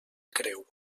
creu